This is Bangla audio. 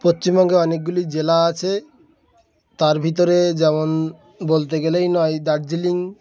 পশ্চিমবঙ্গে অনেকগুলি জেলা আছে তার ভিতরে যেমন বলতে গেলেই নয় দার্জিলিং